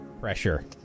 pressure